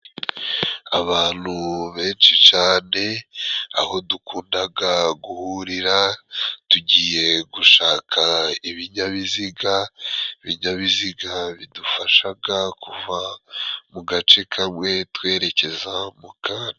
Abantu benshi cyane aho dukundaga guhurira tugiye gushaka ibinyabiziga, ibinyabiziga bidufashaga kuva mu gace kamwe twerekeza mu kandi